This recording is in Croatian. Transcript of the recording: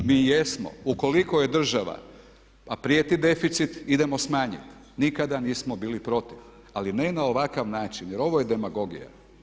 Mi jesmo ukoliko je država a prijeti deficit, idemo smanjiti nikada nismo bili protiv ali ne na ovakav način jer ovo je demagogija.